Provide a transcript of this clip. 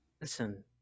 listen